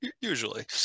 usually